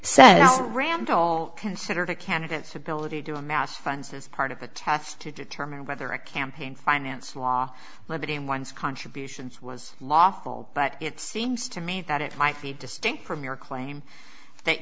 said randall consider the candidates ability to amass funds as part of a test to determine whether a campaign finance law limiting one's contributions was lawful but it seems to me that it might be distinct from your claim that